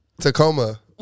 Tacoma